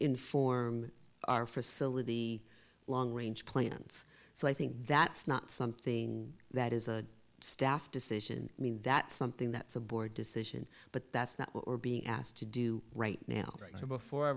inform our facility long range plans so i think that's not something that is a staff decision that something that's a board decision but that's not what we're being asked to do right now before i